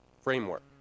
framework